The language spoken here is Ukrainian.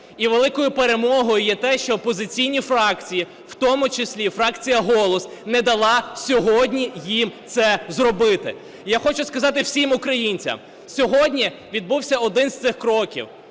І великою перемогою є те, що опозиційні фракції, в тому числі і фракція "Голос", не дала сьогодні їм це зробити. І я хочу сказати всім українцям: сьогодні відбувся один із цих кроків,